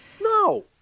No